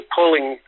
pulling